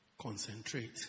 Concentrate